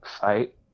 fight